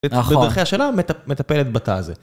ב.. נכון, בדרכיה שלה מטפלת בתא הזה.